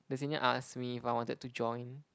the senior ask me if I wanted to join